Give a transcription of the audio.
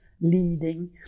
leading